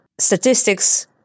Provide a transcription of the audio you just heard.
statistics